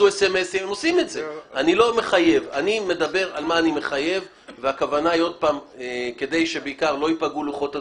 אני מדבר על מה שאני מחייב וזה כדי שלא ייפגעו לוחות הזמנים.